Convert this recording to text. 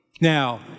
Now